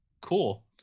Cool